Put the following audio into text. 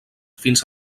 fins